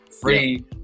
free